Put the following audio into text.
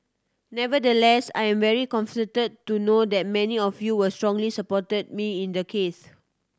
nevertheless I am very comforted to know that many of you were strongly support me in the case